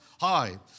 high